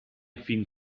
fin